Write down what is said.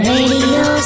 Radio